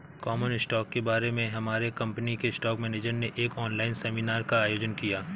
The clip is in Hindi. कॉमन स्टॉक के बारे में हमारे कंपनी के स्टॉक मेनेजर ने एक ऑनलाइन सेमीनार का आयोजन किया